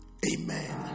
Amen